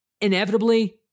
inevitably